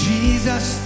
Jesus